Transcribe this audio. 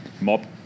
mob